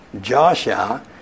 Joshua